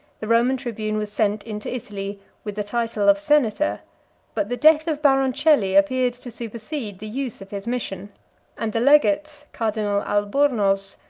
the roman tribune was sent into italy, with the title of senator but the death of baroncelli appeared to supersede the use of his mission and the legate, cardinal albornoz,